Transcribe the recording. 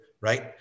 right